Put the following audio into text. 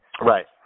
Right